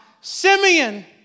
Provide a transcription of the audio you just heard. Simeon